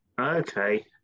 okay